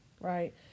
Right